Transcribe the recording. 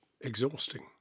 exhausting